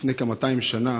לפני כ-200 שנה